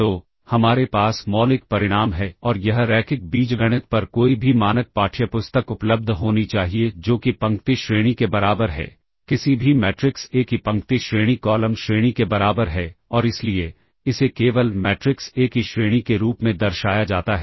तो हमारे पास मौलिक परिणाम है और यह रैखिक बीजगणित पर कोई भी मानक पाठ्यपुस्तक उपलब्ध होनी चाहिए जो कि पंक्ति श्रेणी के बराबर है किसी भी मैट्रिक्स ए की पंक्ति श्रेणी कॉलम श्रेणी के बराबर है और इसलिए इसे केवल मैट्रिक्स ए की श्रेणी के रूप में दर्शाया जाता है